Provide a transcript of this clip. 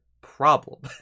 problem